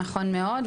נכון מאוד.